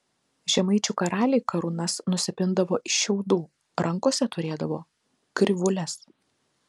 žemaičių karaliai karūnas nusipindavo iš šiaudų rankose turėdavo krivūles